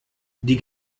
die